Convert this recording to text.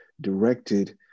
directed